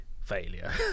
failure